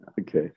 Okay